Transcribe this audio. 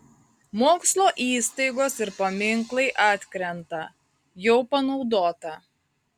mokslo įstaigos ir paminklai atkrenta jau panaudota